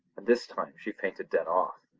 and this time she fainted dead off,